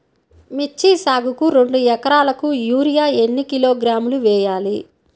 మిర్చి సాగుకు రెండు ఏకరాలకు యూరియా ఏన్ని కిలోగ్రాములు వేయాలి?